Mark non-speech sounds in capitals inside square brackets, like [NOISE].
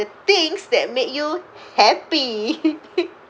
the things that make you happy [LAUGHS]